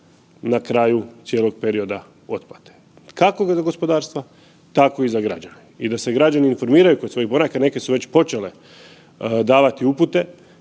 na kraju cijelog perioda otplate, kako za gospodarstva tako i za građane i da se građani informiraju kod svojih banaka neke su već počele davati upute